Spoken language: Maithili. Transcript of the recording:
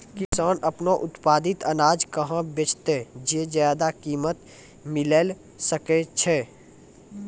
किसान आपनो उत्पादित अनाज कहाँ बेचतै जे ज्यादा कीमत मिलैल सकै छै?